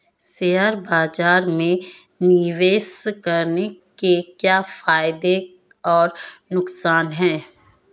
Share बाज़ार में निवेश करने के क्या फायदे और नुकसान हैं?